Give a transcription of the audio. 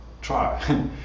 try